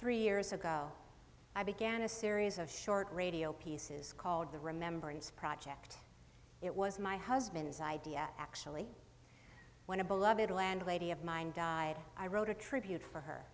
three years ago i began a series of short radio pieces called the remembrance project it was my husband's idea actually when a beloved landlady of mine died i wrote a tribute for her